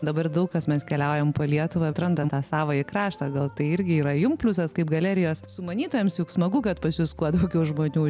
dabar daug kas mes keliaujam po lietuvą atrandant savąjį kraštą gal tai irgi yra jums pliusas kaip galerijos sumanytojams juk smagu kad pas jus kuo daugiau žmonių